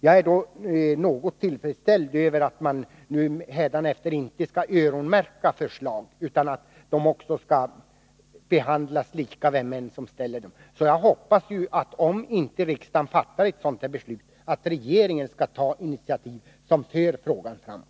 Jag är ganska tillfredsställd med att man hädanefter inte skall öronmärka förslag, utan att de skall behandlas lika oavsett vem som kommer med dem. Om inte riksdagen fattar det beslut som vi vill hoppas jag därför att regeringen skall ta initiativ som för frågan framåt.